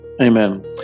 Amen